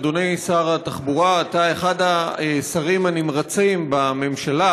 אדוני שר התחבורה, אתה אחד השרים הנמרצים בממשלה,